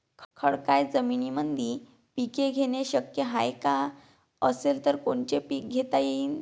खडकाळ जमीनीमंदी पिके घेणे शक्य हाये का? असेल तर कोनचे पीक घेता येईन?